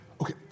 Okay